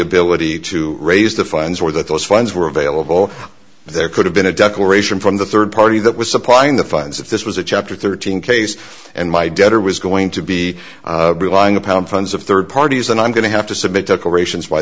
ability to raise the funds or that those funds were available there could have been a declaration from the rd party that was supplying the funds if this was a chapter thirteen case and my debtor was going to be relying upon funds of rd parties and i'm going to have to submit decorations by